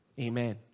Amen